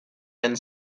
and